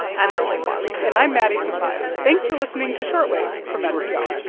i'm emily kwong and i'm maddie sofia. thanks for listening to short wave from npr